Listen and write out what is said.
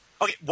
Okay